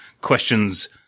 questions